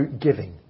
giving